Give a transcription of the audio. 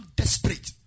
desperate